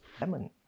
Lemon